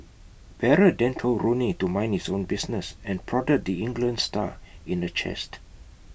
Barrett then told Rooney to mind his own business and prodded the England star in the chest